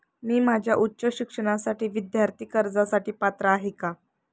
मी माझ्या उच्च शिक्षणासाठी विद्यार्थी कर्जासाठी पात्र आहे का?